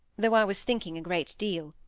though i was thinking a great deal.